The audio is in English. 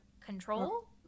control